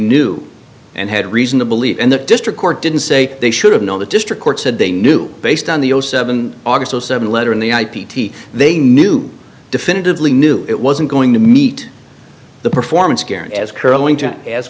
knew and had reason to believe and the district court didn't say they should have known the district court said they knew based on the zero seven august zero seven letter in the i p t they knew definitively knew it wasn't going to meet the performance